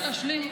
שנייה, להשלים.